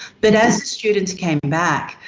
but as the students came back,